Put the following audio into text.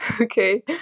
okay